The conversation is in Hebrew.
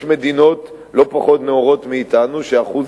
יש מדינות לא פחות נאורות מאתנו שאחוז